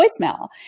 voicemail